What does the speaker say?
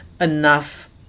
enough